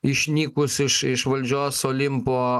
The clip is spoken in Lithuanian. išnykus iš iš valdžios olimpo